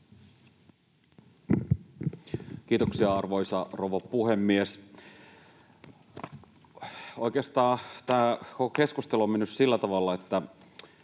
Kiitoksia, arvoisa rouva puhemies! Oikeastaan tämä koko keskustelu on mennyt sillä tavalla, että